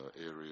area